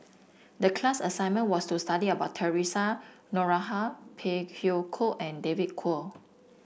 the class assignment was to study about Theresa Noronha Phey Yew Kok and David Kwo